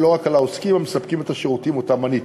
ולא רק על העוסקים הנותנים את השירותים שמניתי.